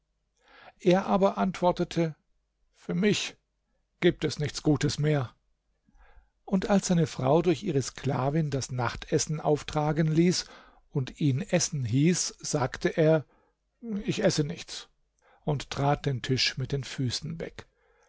er aber antwortete für mich gibt es nichts gutes mehr und als seine frau durch ihre sklavin das nachtessen auftragen ließ und ihn essen hieß sagte er ich esse nichts und trat den tisch mit den füßen weg